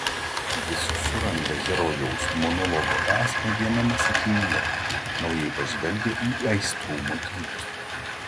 jis suranda herojaus monologo esmę viename sakinyje naujai pažvelgia į aistrų motyvus